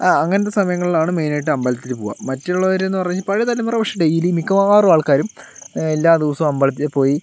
ആ അങ്ങനത്തെ സമയങ്ങളിലാണ് മെയിനായിട്ട് അമ്പലത്തിൽ പോവുക മറ്റുള്ളവർ എന്നു പറഞ്ഞാൽ പഴയ തലമുറ പക്ഷേ ഡെയിലി മിക്കവാറും ആൾക്കാരും എല്ലാ ദിവസവും അമ്പലത്തിൽ പോയി